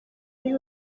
ari